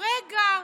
רגע,